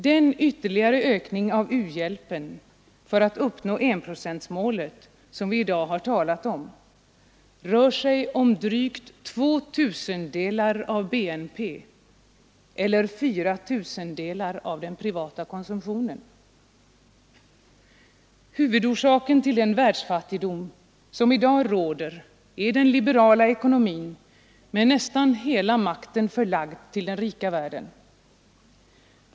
Den ytterligare ökning av u-hjälpen för att uppnå enprocentsmålet som vi i dag har talat om rör sig om drygt två tusendelar av BNP eller fyra tusendelar av den privata konsumtionen. Huvudorsaken till den världsfattigdom som i dag råder är den liberala ekonomin med nästan hela makten förlagd till den rika världen.